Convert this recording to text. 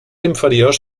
inferiors